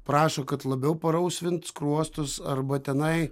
prašo kad labiau parausvint skruostus arba tenai